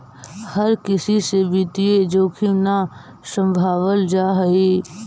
हर किसी से वित्तीय जोखिम न सम्भावल जा हई